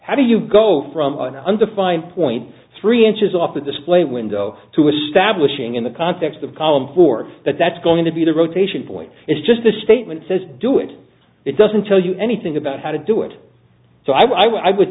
how do you go from an undefined point three inches off a display window to establishing in the context of a column for that that's going to be the rotation point it's just the statement says do it it doesn't tell you anything about how to do it so i would